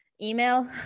email